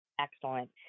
Excellent